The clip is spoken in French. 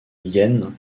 yen